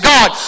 God